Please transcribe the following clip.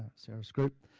sarah's group,